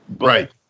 Right